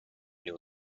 new